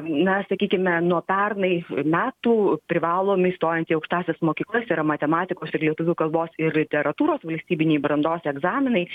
na sakykime nuo pernai metų privalomi stojant į aukštąsias mokyklas yra matematikos ir lietuvių kalbos ir literatūros valstybiniai brandos egzaminai